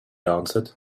answered